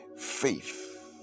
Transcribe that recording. faith